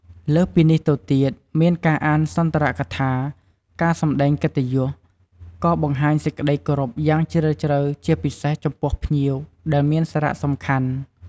លើសពីនេះទៅទៀត មានការអានសុន្ទរកថា ការសម្ដែងកិត្តិយស ក៏បង្ហាញសេចក្ដីគោរពយ៉ាងជ្រាលជ្រៅ ជាពិសេសចំពោះភ្ញៀវដែលមានសារៈសំខាន់។